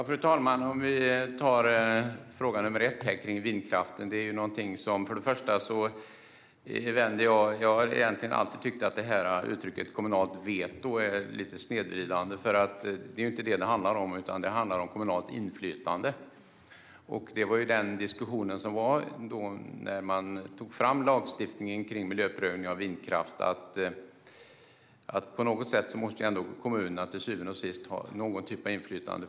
Fru talman! Den första frågan handlade om vindkraften. Jag har egentligen alltid tyckt att uttrycket kommunalt veto är lite snedvridande. Det är nämligen inte det som det handlar om, utan det handlar om kommunalt inflytande. När man tog fram lagstiftningen om miljöprövning av vindkraft diskuterade man att kommunerna på något sätt till syvende och sist ändå måste ha någon typ av inflytande.